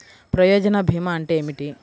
ప్రయోజన భీమా అంటే ఏమిటి?